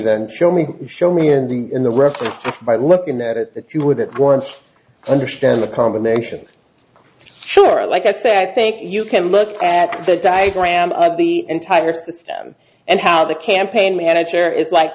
then show me show me ending in the rest just by looking at it that you wouldn't want to understand the combination sure and like i say i think you can look at the diagram of the entire system and how the campaign manager is like